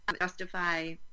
justify